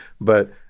but-